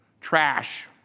trash